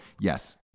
Yes